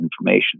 information